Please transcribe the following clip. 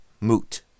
moot